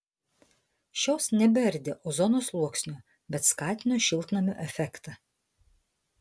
šios nebeardė ozono sluoksnio bet skatino šiltnamio efektą